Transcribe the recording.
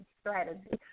strategy